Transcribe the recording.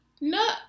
no